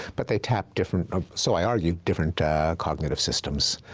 but they tap different, or so i argue, different cognitive systems.